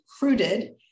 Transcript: recruited